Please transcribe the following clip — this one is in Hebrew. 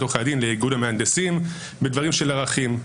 עורכי הדין לאיגוד המהנדסים בדברים של ערכים.